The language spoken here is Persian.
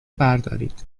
بردارید